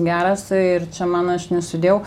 geras ir čia mano aš nesudėjau